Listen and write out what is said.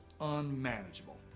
unmanageable